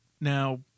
Now